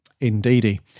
indeedy